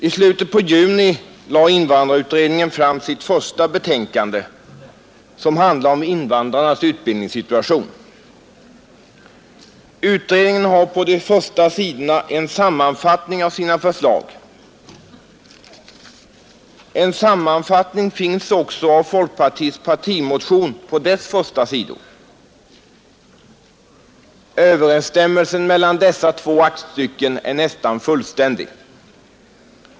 I slutet på juni lade invandrarutredningen fram sitt första betänkande, som handlar om invandrarnas utbildningssituation. Utredningen har på de första sidorna i detta betänkande gjort en sammanfattning av sina förslag. En sammanfattning finns också på de första sidorna i folkpartiets partimotion. Överensstämmelsen mellan dessa två aktstycken är nästan fullständig.